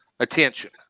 Attention